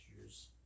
year's